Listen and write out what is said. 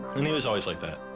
and he was always like that